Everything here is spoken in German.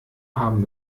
haben